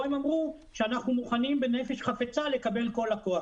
הם אמרו שהם מוכנים בנפש חפצה לקבל כל לקוח